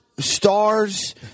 Stars